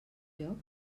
joc